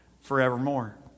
forevermore